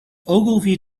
ogilvy